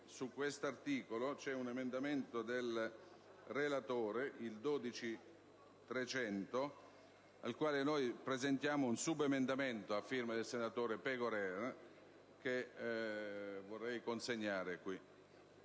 Su questo articolo c'è un emendamento del relatore, il 12.300, al quale presentiamo un subemendamento a firma mia e del senatore Pegorer, il cui testo vorrei consegnare: